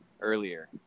earlier